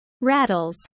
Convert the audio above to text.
Rattles